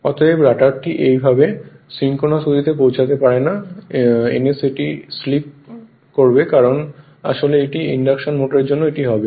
অতএব রটারটি এইভাবে সিঙ্ক্রোনাস গতিতে পৌঁছাতে পারে না ns এটি স্লিপ করবে আসলে এটি ইন্ডাকশন মোটরের জন্য এটি হবে